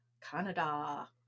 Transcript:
Canada